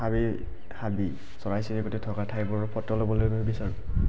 হাবি হাবি চৰাই চিৰিকটি থকা ঠাইবোৰৰ ফটো ল'বলৈ মই বিচাৰোঁ